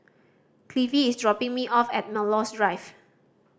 Cliffie is dropping me off at Melrose Drive